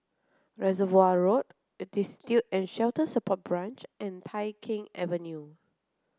Reservoir Road Destitute and Shelter Support Branch and Tai Keng Avenue